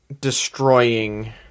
destroying